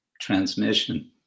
transmission